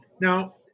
Now